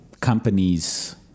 companies